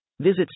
Visit